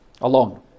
alone